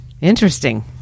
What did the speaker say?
Interesting